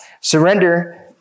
surrender